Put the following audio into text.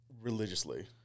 religiously